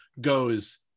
goes